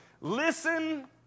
listen